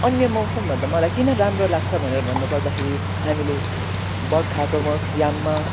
अन्य मौसमभन्दा मलाई किन राम्रो लाग्छ भनेर भन्नुपर्दाखेरि हामीले बर्खाको म याममा